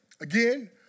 Again